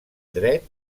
dret